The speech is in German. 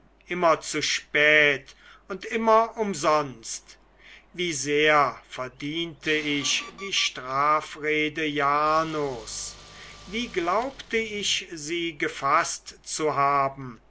immer zu spät und immer umsonst wie sehr verdiente ich die strafrede jarnos wie glaubte ich sie gefaßt zu haben